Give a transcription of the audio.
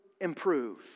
improve